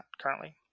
currently